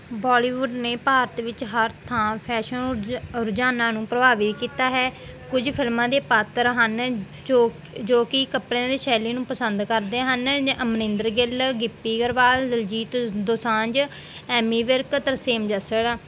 Bollywood ਨੇ ਭਾਰਤ ਵਿੱਚ ਹਰ ਥਾਂ ਫੈਸ਼ਨ ਰੁ ਰੁਝਾਨਾਂ ਨੂੰ ਪ੍ਰਭਾਵਿਤ ਕੀਤਾ ਹੈ ਕੁਝ ਫ਼ਿਲਮਾਂ ਦੇ ਪਾਤਰ ਹਨ ਜੋ ਜੋ ਕਿ ਕੱਪੜਿਆਂ ਦੀ ਸ਼ੈਲੀ ਨੂੰ ਪਸੰਦ ਕਰਦੇ ਹਨ ਅਮਰਿੰਦਰ ਗਿੱਲ ਗਿੱਪੀ ਗਰੇਵਾਲ ਦਲਜੀਤ ਦੋਸਾਂਝ ਐਮੀ ਵਿਰਕ ਤਰਸੇਮ ਜੱਸੜ